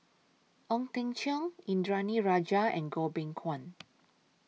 Ong Teng Cheong Indranee Rajah and Goh Beng Kwan